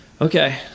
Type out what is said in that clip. Okay